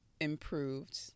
improved